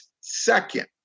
second